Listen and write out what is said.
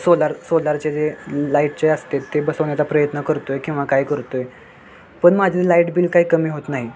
solar सोलारचे जे लाईटचे असते ते बसवण्याचा प्रयत्न करतो आहे किंवा काय करतो आहे पण माझं लाईट बिल काय कमी होत नाही